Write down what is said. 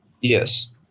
Yes